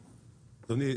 אדוני,